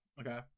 Okay